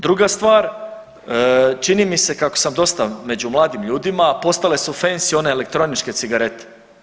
Druga stvar čini mi se kako sam dosta među mladim ljudima, postale su fensi one elektroničke cigarete.